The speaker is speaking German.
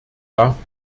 darf